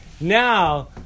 Now